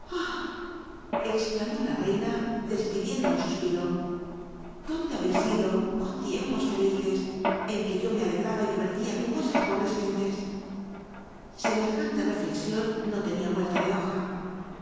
exclamó la reina despidiendo un s u piro dónde haheis ido oh tiempo fclicc en c uc yo me alegraba y tliler ia como c a pohrc gcn es semt'jan e reflcxion no tenia ucl a de boja